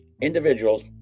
individuals